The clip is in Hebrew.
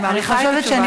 אני מעריכה את התשובה שלך.